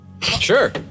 Sure